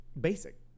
basic